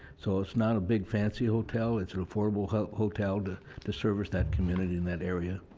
so it's not a big, fancy hotel. it's an affordable hotel to to service that community in that area.